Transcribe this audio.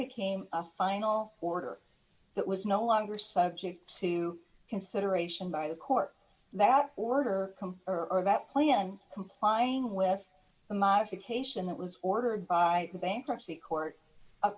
became a final order that was no longer subject to consideration by the court that order for that plan complying with the modification that was ordered by the bankruptcy court